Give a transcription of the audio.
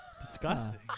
Disgusting